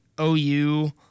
OU